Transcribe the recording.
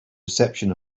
reception